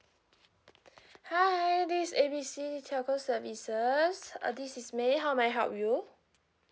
hi this is A B C telco services uh this is may how may I help you